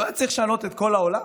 לא היה צריך לשנות את כל העולם.